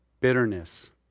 bitterness